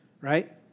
right